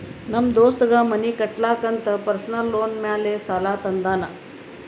ನಮ್ ದೋಸ್ತಗ್ ಮನಿ ಕಟ್ಟಲಾಕ್ ಅಂತ್ ಪರ್ಸನಲ್ ಲೋನ್ ಮ್ಯಾಲೆ ಸಾಲಾ ತಂದಾನ್